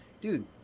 dude